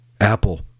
Apple